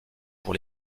pour